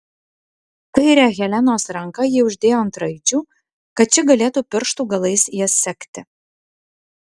kairę helenos ranką ji uždėjo ant raidžių kad ši galėtų pirštų galais jas sekti